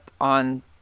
on